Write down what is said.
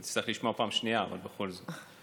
אתה תצטרך לשמוע פעם שנייה, אבל בכל זאת.